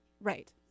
Right